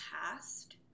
past